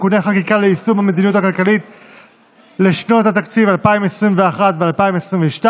(תיקוני חקיקה ליישום המדיניות הכלכלית לשנות התקציב 2021 ו-2022).